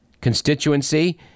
constituency